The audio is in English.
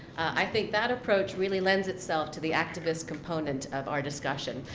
i think that approach really lends itself to the activist component of our discussion.